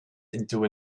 into